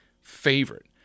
favorite